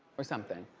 or something.